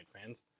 fans